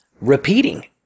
repeating